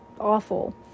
awful